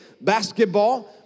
basketball